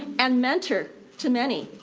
and mentor to many,